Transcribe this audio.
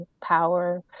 power